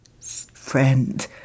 friend